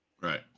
Right